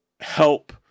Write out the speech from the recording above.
help